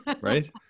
right